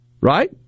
right